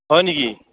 হয় নেকি